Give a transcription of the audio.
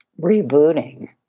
rebooting